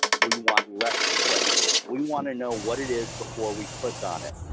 we want less clicks. we want to know what it is before we click on it.